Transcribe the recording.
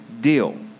deal